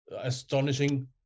astonishing